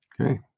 Okay